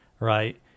Right